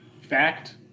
fact